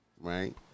right